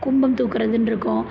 கும்பம் தூக்கிறதுன்ருக்கும்